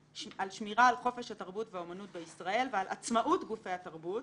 שמירה על חופש התרבות והאמנות בישראל ועל עצמאות גופי התרבות,